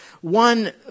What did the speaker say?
One